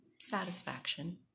satisfaction